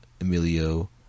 Emilio